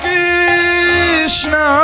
Krishna